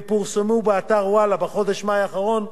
ופורסמו באתר "וואלה" בחודש מאי האחרון,